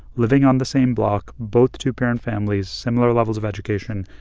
living on the same block, both two-parent families, similar levels of education,